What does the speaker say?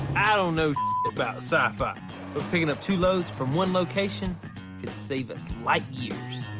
i don't know about sci-fi. but picking up two loads from one location could save us light-years.